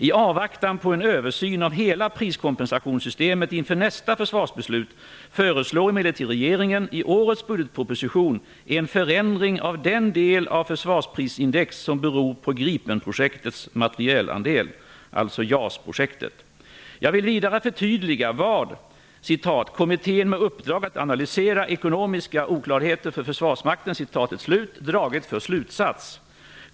I avvaktan på en översyn av hela priskompensationssystemet inför nästa försvarsbeslut föreslår emellertid regeringen i årets budgetproposition en förändring av den del av försvarsprisindex som beror på Gripenprojektets materielandel, alltså JAS-projektet. Jag vill vidare förtydliga vad "Kommittén med uppdrag att analysera ekonomiska osäkerheter för Försvarsmakten" dragit för slutsats.